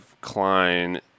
Klein